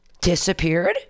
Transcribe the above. disappeared